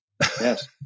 Yes